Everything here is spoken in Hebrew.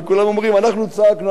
וכולם אומרים: אנחנו צעקנו,